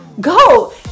Go